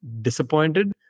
disappointed